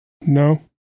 No